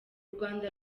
rwanda